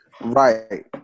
Right